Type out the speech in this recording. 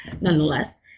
Nonetheless